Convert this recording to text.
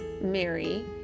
Mary